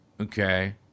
okay